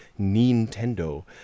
Nintendo